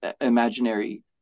imaginary